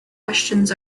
questions